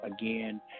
again